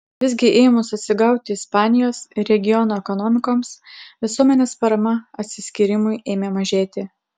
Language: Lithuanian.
visgi ėmus atsigauti ispanijos ir regiono ekonomikoms visuomenės parama atsiskyrimui ėmė mažėti